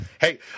Hey